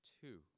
two